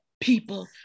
People